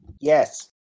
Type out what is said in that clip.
Yes